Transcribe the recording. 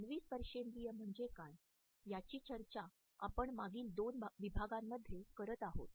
मानवी स्पर्शेंद्रिय म्हणजे काय याची चर्चा आपण मागील दोन विभागांमध्ये करत आहोत